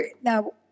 Now